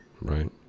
right